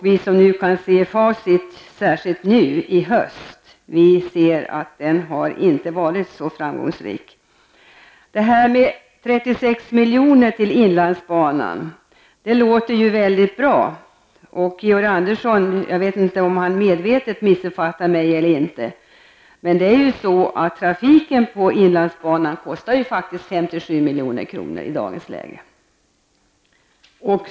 Vi som kan se i facit, särskilt nu i höst, ser att den inte har varit så framgångsrik. 36 milj.kr. till inlandsbanan låter väldigt bra. Jag vet inte om Georg Andersson medvetet missuppfattat mig eller inte, men trafiken på inlandsbanan kostar faktiskt 57 miljoner i dagens läge.